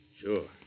Sure